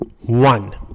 One